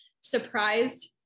surprised